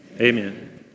amen